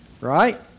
Right